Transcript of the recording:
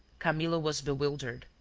camillo was bewildered.